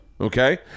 Okay